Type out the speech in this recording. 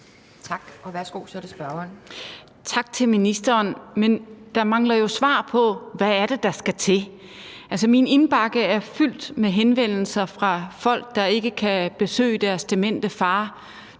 Eva Kjer Hansen (V): Tak til ministeren. Men der mangler jo svar på, hvad det er, der skal til. Min indbakke er fyldt med henvendelser fra folk, der ikke kan besøge deres demente far,